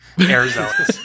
Arizona